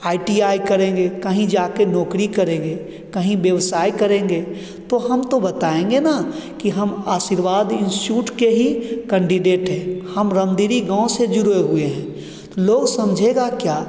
I T I करेंगे कहीं जाकर नौकरी करेंगे कहीं व्यवसाय करेंगे तो हम तो बताएँगे ना कि हम आशीर्वाद इन्स्टीट्यूट के ही कैन्डिडेट हैं हम रामदीरी गाँव से जुड़े हुए हैं लोग समझेगा क्या